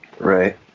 Right